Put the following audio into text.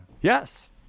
Yes